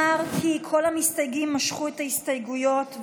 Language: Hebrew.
כי כל המסתייגים משכו את ההסתייגויות,